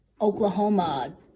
Oklahoma